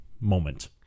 moment